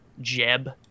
Jeb